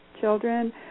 children